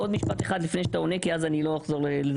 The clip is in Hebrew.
עוד משפט אחד לפני שאתה עונה כי אז אני לא אחזור לדבר.